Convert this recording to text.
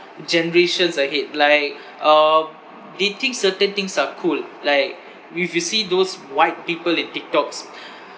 generations ahead like um they think certain things are cool like if you see those white people in tiktoks